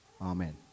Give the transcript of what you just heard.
Amen